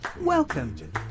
Welcome